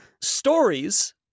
Stories